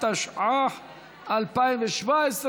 התשע"ח 2017,